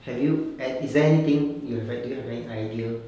have you at is there anything you have do you have any idea